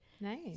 Nice